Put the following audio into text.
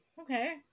Okay